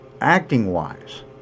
acting-wise